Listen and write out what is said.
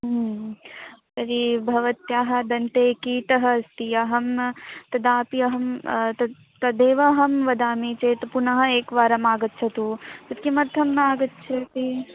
तर्हि भवत्याः दन्ते कीटः अस्ति अहं तदापि अहं तद् तदेव अहं वदामि चेत् पुनः एकवारमागच्छतु तत् किमर्थं नागच्छति